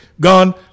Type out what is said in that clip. Gone